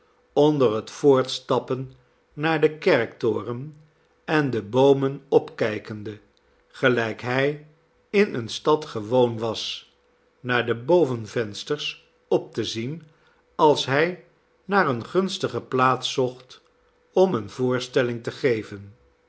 onder het voortstappen naar den kerktoren en de boomen opkijkende gelijk hij in eene stad gewoon was naar de bovenvensters op te zien als hij naar eene gunstige plaats zocht om eene voorstelling te geven